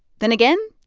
then again,